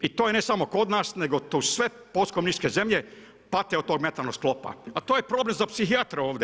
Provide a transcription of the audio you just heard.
I to je ne samo kod nas, nego tu sve postkomunističke zemlje pate od tog mentalnog sklopa, a to je problem za psihijatra ovdje.